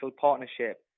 partnership